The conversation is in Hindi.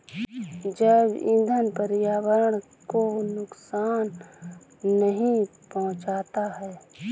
जैव ईंधन पर्यावरण को नुकसान नहीं पहुंचाता है